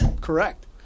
correct